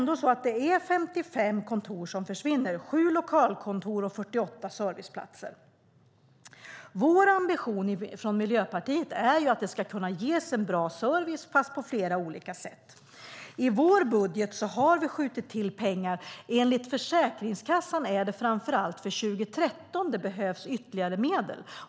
Det är 55 kontor som försvinner - 7 lokalkontor och 48 serviceplatser. Miljöpartiets ambition är att det ska kunna ges bra service på flera olika sätt. I vår budget har vi skjutit till pengar. Enligt Försäkringskassan är det framför allt för 2013 som det behövs ytterligare medel.